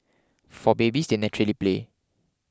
for babies they naturally play